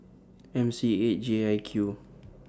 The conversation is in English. M C eight J I Q